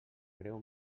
greu